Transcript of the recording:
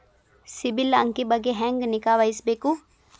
ಸಿಬಿಲ್ ಅಂಕಿ ಬಗ್ಗೆ ಹೆಂಗ್ ನಿಗಾವಹಿಸಬೇಕು?